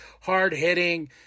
hard-hitting